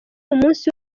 umunsi